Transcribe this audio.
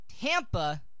Tampa